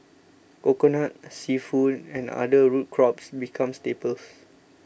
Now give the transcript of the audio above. Coconut Seafood and other root crops become staples